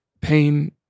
pain